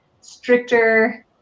stricter